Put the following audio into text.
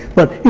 but you